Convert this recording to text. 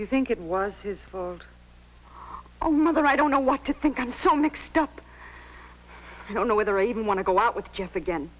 do you think it was his fault oh mother i don't know what to think i'm so mixed up i don't know whether i even want to go out with jeff again